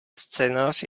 scénář